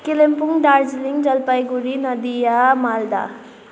Kalimpong Darjeeling Jalpaiguri Nadia Malda